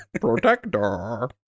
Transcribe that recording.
protector